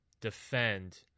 defend